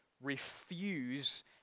refuse